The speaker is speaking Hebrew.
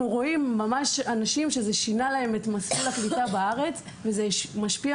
רואים אנשים שזה שינה להם את מסלול הקליטה בארץ וזה משפיע